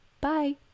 Bye